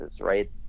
right